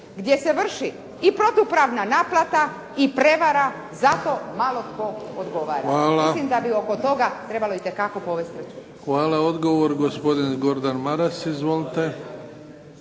gdje se vrši i protupravna naplata. Zato malo tko odgovara. Mislim da bi oko toga trebalo itekako povesti računa. **Bebić, Luka (HDZ)** Hvala. Odgovor gospodin Gordan Maras. Izvolite.